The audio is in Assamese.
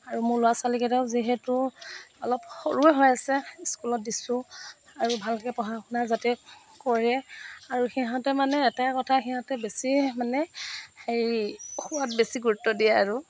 আৰু মোৰ ল'ৰা ছোৱালীকেইটাও যিহেতু অলপ সৰুৱে হৈ আছে স্কুলত দিছোঁ আৰু ভালকৈ পঢ়া শুনা যাতে কৰে আৰু সিহঁতে মানে এটাই কথা সিহঁতে বেছি মানে হেৰি খোৱাত বেছি গুৰুত্ব দিয়ে আৰু